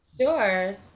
Sure